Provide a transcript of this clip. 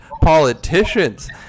politicians